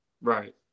Right